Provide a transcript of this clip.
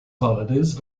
holidays